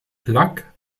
blak